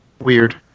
Weird